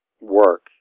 work